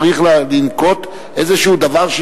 צריך לנקוט איזה דבר,